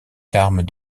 carmes